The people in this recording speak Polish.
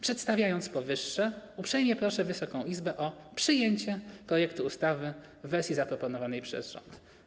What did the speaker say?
Przedstawiając powyższe, uprzejmie proszę Wysoką Izbę o przyjęcie projektu ustawy w wersji zaproponowanej przez rząd.